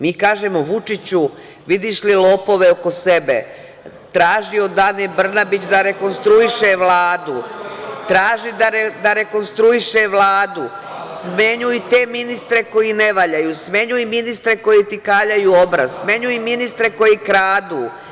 Mi kažemo Vučiću – vidiš li lopove oko sebe, traži od Ane Brnabić da rekonstruiše Vladu… (Vladimir Orlić: A to to znači.) …smenjuj te ministre koji ne valjaju, smenjuj ministre koji ti kaljaju obraz, smenjuj ministre koji kradu.